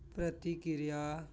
ਪ੍ਰਤੀਕਿਰਿਆ